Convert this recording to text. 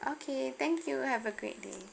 okay thank you have a great day